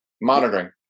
Monitoring